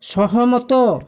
ସହମତ